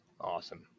Awesome